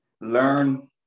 learn